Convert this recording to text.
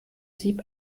sieb